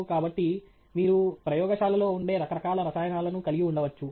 కాబట్టి మీరు ప్రయోగశాలలో ఉండే రకరకాల రసాయనాలను కలిగి ఉండవచ్చు